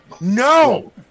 no